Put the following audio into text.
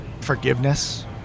forgiveness